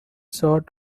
sort